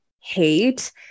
hate